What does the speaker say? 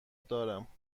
دارم